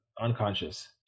unconscious